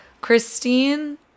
Christine